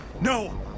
No